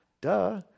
duh